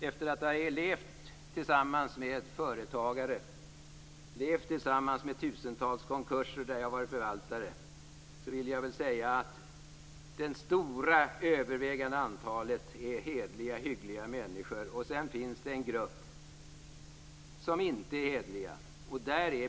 Efter att ha levt tillsammans med företagare och med tusentals konkurser där jag har varit förvaltare kan jag säga att det stora, övervägandet antalet är hederliga och hyggliga människor. Sedan finns det en grupp som inte är hederlig.